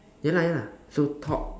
ya lah ya lah so top